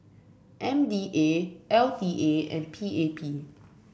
M D A L T A and P A P